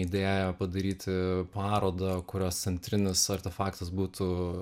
idėją padaryti parodą kurios centrinis artefaktas būtų